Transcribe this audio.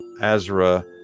Azra